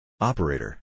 Operator